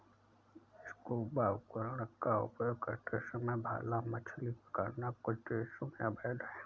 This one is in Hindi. स्कूबा उपकरण का उपयोग करते समय भाला मछली पकड़ना कुछ देशों में अवैध है